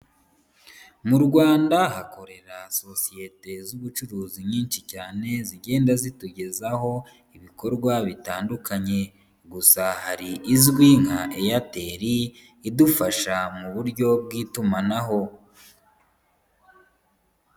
Mu Rwanda hakorera sosiyete z'ubucuruzi nyinshi cyane zigenda zitugezaho ibikorwa bitandukanye gusa hari izwi nka Airtel idufasha mu buryo bw'itumanaho.